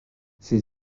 ses